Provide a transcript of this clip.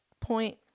point